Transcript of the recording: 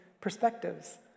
perspectives